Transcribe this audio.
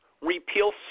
repeal